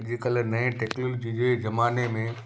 अॼुकल्ह नए टेक्नोलॉजी जे ज़माने में